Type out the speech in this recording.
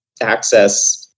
access